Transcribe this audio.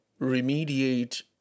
remediate